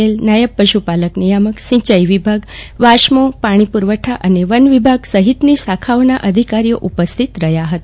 એલના અધિક્ષક નાયબ પશુપાલક નિયામક સિંચાઈ વિભાગ વાસ્મો પાણી પુરવઠા વન વિભાગ સફિતની શાખાઓના અધિકારીઓ ઉપસ્થિત રહ્યા હતા